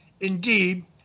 Indeed